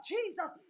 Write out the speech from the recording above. Jesus